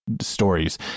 stories